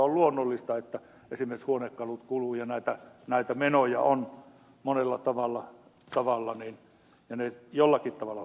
on luonnollista että kun esimerkiksi huonekalut kuluvat ja näitä menoja on monella tavalla niin ne jollakin tavalla huomioidaan